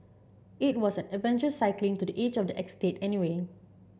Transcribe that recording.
it was an adventure cycling to the edge of the estate anyway